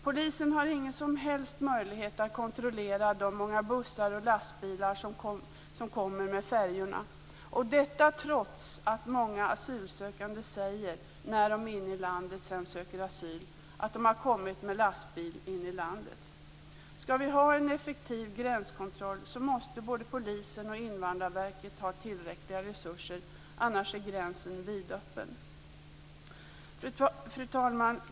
Polisen har ingen som helst möjlighet att kontrollera de många bussar och lastbilar som kommer med färjorna, detta trots att många asylsökande, när de sedan söker asyl inne i landet, säger att de har kommit med lastbil in i landet. Skall vi ha en effektiv gränskontroll måste både polisen och Invandrarverket ha tillräckliga resurser, annars är gränsen vidöppen. Fru talman!